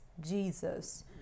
Jesus